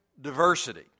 diversity